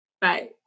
Bye